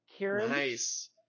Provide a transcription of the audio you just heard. nice